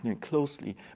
closely